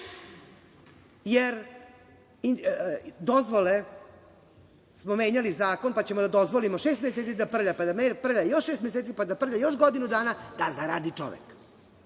vazduh, jer smo menjali zakon, pa ćemo da dozvolimo šest meseci da prlja, pa da prlja još šest meseci, pa da prlja još godinu dana, da zaradi čovek,